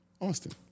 Austin